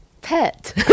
Pet